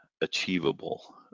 achievable